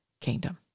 kingdom